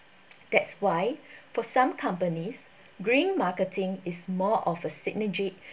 that's why for some companies green marketing is more of a synergy